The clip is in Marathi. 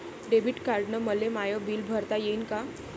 डेबिट कार्डानं मले माय बिल भरता येईन का?